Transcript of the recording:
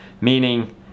meaning